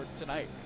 tonight